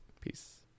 Peace